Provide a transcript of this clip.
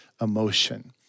emotion